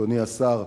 אדוני השר,